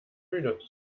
müde